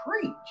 preach